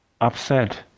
Upset